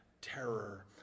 terror